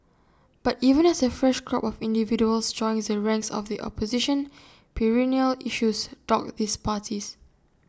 but even as A fresh crop of individuals joins the ranks of the opposition perennial issues dog these parties